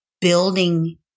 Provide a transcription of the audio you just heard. building